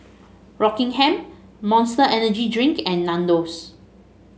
Rockingham Monster Energy Drink and Nandos